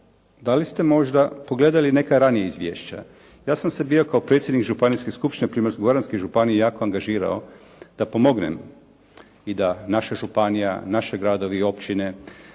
da li ste možda pogledali neka ranija izvješća? Ja sam se bio kao predsjednik Županijske skupštine Primorsko-goranske županije jako angažirao da pomognem i da naša županija, naši gradovi i općine,